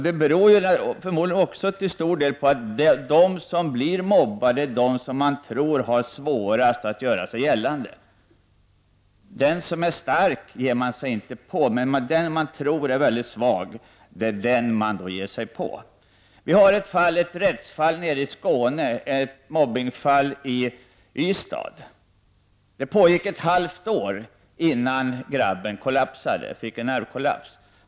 Det beror förmodligen till stor del på att de som blir mobbade är de som har svårast att göra sig gällande. Den som är stark ger man sig inte på. Den som man tror är mycket svag är den man ger sig på. Det finns ett rättsfall i Skåne, ett mobbningsfall i Ystad. Mobbningen pågick ett halvt år, innan pojken fick en nervkollaps.